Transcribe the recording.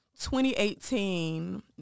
2018